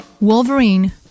Wolverine